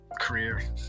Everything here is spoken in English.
career